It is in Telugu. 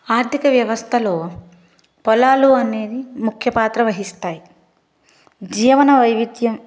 ఆర్థిక వ్యవస్థలో పొలాలు అనేది ముఖ్య పాత్ర వహిస్తాయి జీవిన వైవిధ్యం